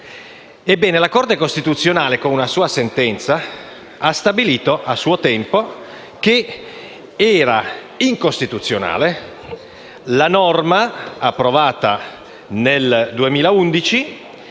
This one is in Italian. Paese la Corte costituzionale, con una sua sentenza, ha stabilito a suo tempo che era incostituzionale la norma approvata nel 2011